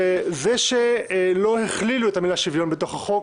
וזה שלא הכלילו את המילה "שוויון" בתוך החוק